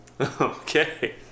Okay